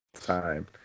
time